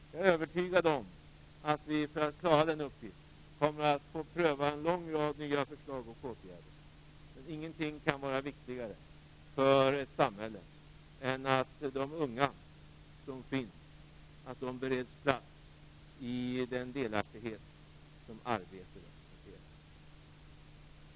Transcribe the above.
Jag är övertygad om att vi, för att klara den uppgiften, kommer att få pröva en lång rad nya förslag och åtgärder, men ingenting kan vara viktigare för ett samhälle än att de unga bereds möjlighet till den delaktighet som arbete representerar.